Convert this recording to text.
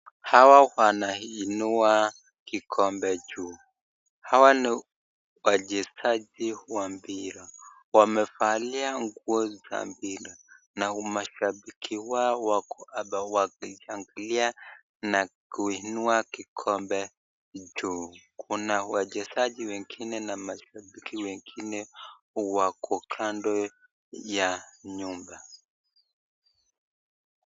Hawa wanainua kikombe juu hawa ni wachezaji wa mpira wamevalia nguo za mpira na mashabiki wao wako hapa wakishangilia na kuinua kikombe juu, kuna wachezaji wengine na mashabiki wengine wako kando ya nyumba.